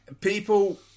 People